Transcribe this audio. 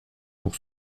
pour